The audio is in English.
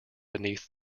beneath